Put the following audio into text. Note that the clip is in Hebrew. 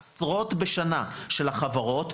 עשרות מקרים בשנה של החברות,